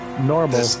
Normal